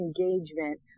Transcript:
engagement